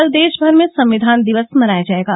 कल देशभर में संविधान दिवस मनाया जाएगा